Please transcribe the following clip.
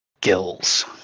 gills